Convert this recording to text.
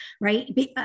right